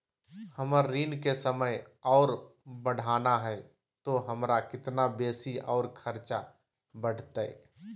हमर ऋण के समय और बढ़ाना है तो हमरा कितना बेसी और खर्चा बड़तैय?